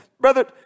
Brother